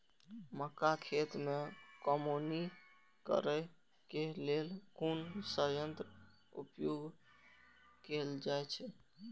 मक्का खेत में कमौनी करेय केय लेल कुन संयंत्र उपयोग कैल जाए छल?